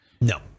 no